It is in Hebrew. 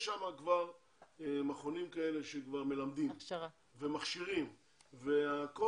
יש שם מכונים שכבר מלמדים ומכשירים וכל